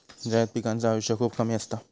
जायद पिकांचा आयुष्य खूप कमी असता